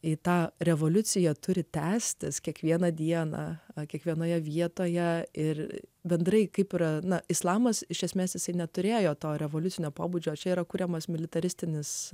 į tą revoliucija turi tęstis kiekvieną dieną kiekvienoje vietoje ir bendrai kaip yra islamas iš esmės jisai neturėjo to revoliucinio pobūdžio čia yra kuriamas militaristinis